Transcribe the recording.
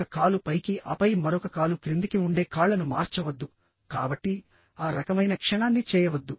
ఒక కాలు పైకి ఆపై మరొక కాలు క్రిందికి ఉండే కాళ్ళను మార్చవద్దు కాబట్టి ఆ రకమైన క్షణాన్ని చేయవద్దు